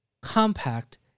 compact